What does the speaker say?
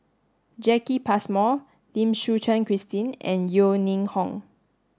Jacki Passmore Lim Suchen Christine and Yeo Ning Hong